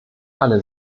alle